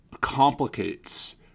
complicates